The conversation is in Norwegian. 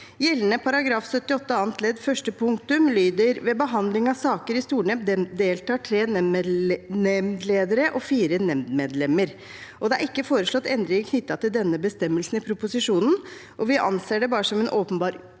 Gjeldende § 78 annet ledd første punktum lyder: «Ved behandling av saker i stornemnd deltar tre nemndledere og fire nemndmedlemmer.» Det er ikke foreslått endringer knyttet til denne bestemmelsen i proposisjonen, så vi anser det bare som en åpenbar inkurie